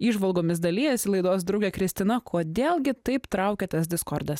įžvalgomis dalijasi laidos draugė kristina kodėl gi taip traukia tas diskordas